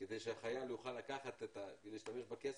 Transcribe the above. כדי שהחייל יוכל להשתמש בכסף,